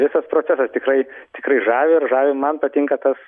visas procesas tikrai tikrai žavi ir žavi man patinka tas